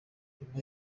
nyuma